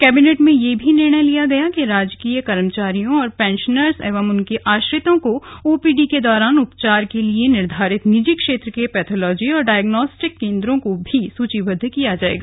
cabinet में यह भी निर्णय लिया गया कि राजकीय कर्मचारियों और पेशनर्स एवं उनके आश्रितों को ओपीडी के दौरान उपचार के लिए निर्धारित निजी क्षेत्र के पैथोलॉजी और डायग्नोस्टिक केंद्रों को भी सूचीबद्ध किया जाएगा